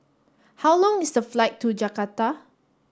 how long is the flight to Jakarta